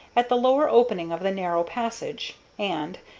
at the lower opening of the narrow passage, and,